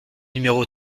numéro